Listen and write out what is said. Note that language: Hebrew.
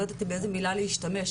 אני לא יודעת באיזו מילה להשתמש,